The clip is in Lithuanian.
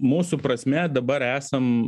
mūsų prasme dabar esam